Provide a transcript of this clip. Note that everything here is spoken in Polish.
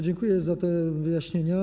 Dziękuję za te wyjaśnienia.